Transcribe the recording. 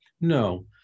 No